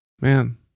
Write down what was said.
Man